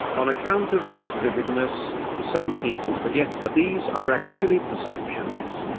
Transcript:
on account of this vividness, some people forget that these are actually perceptions.